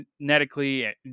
genetically